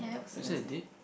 was it a date